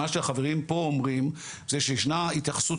מה שהחברים פה אומרים זה שישנה התייחסות